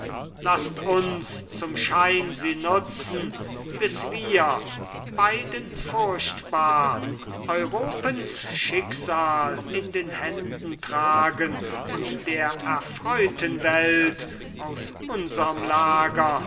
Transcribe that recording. laßt uns zum schein sie nutzen bis wir beiden furchtbar europens schicksal in den händen tragen und der erfreuten welt aus unserm lager